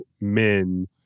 men